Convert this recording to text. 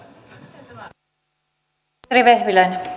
arvoisa puhemies